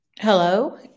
Hello